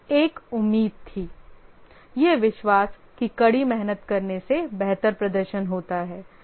एक उम्मीद थी यह विश्वास कि कड़ी मेहनत करने से बेहतर प्रदर्शन होता है